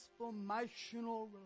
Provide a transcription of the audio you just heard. transformational